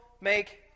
make